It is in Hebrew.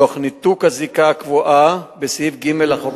תוך ניתוק הזיקה הקבועה בסעיף (ג) לחוק